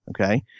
okay